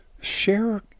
share